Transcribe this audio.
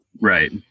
Right